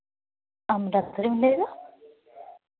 ᱟᱢ ᱰᱟᱠᱛᱟᱨᱮᱢ ᱞᱟᱹᱭᱮᱫᱟ